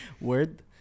Word